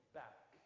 back